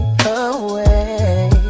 away